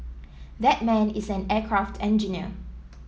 that man is an aircraft engineer